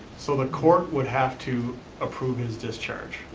so the court would have to approve his discharge.